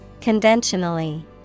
conventionally